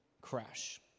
crash